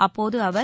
அப்போது அவர்